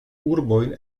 urbojn